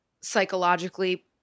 psychologically